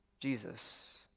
Jesus